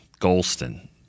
Golston